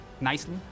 Nicely